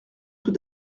tout